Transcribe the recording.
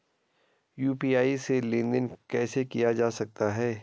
UPI से लेनदेन कैसे किया जा सकता है?